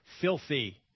filthy